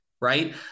right